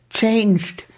changed